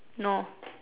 no